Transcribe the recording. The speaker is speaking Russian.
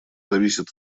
зависят